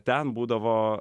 ten būdavo